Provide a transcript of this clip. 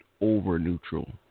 over-neutral